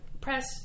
press